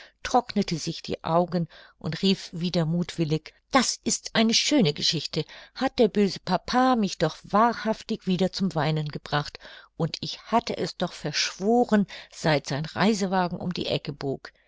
trocknete sich die augen und rief wieder muthwillig das ist eine schöne geschichte hat der böse papa mich doch wahrhaftig wieder zum weinen gebracht und ich hatte es doch verschworen seit sein reisewagen um die ecke bog